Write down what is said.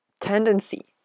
tendency